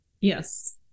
Yes